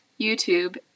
YouTube